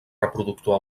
reproductor